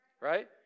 right